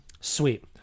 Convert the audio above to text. Sweet